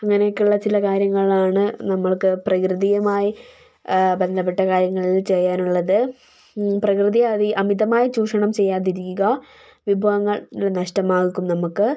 അങ്ങനെയൊക്കെയുള്ള ചില കാര്യങ്ങളാണ് നമ്മൾക്ക് പ്രകൃതിയുമായി ബന്ധപ്പെട്ട കാര്യങ്ങളിൽ ചെയ്യാനുള്ളത് പ്രകൃതിയെ അമിതമായി ചൂഷണം ചെയ്യാതിരിക്കുക വിഭവങ്ങൾ നഷ്ടമാകും നമുക്ക്